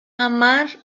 amar